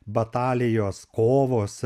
batalijos kovos